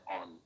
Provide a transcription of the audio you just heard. on